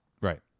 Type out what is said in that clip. Right